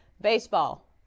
Baseball